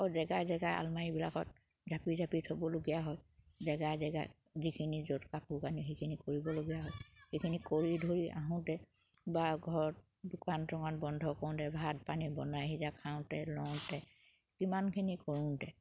জেগাই জেগাই আলমাৰীবিলাকত জাপি জাপি থ'বলগীয়া হয় জেগাই জেগাই যিখিনি য'ত কাপোৰ কানি সেইখিনি কৰিবলগীয়া হয় সেইখিনি কৰি ধৰি আহোঁতে বা ঘৰত দোকান চোকান বন্ধ কৰোঁতে ভাত পানী বনাই সিজাই খাওঁতে লওঁতে কিমানখিনি কৰোঁতে